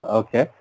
okay